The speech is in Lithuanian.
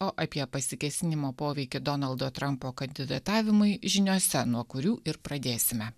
o apie pasikėsinimo poveikį donaldo trumpo kandidatavimui žiniose nuo kurių ir pradėsime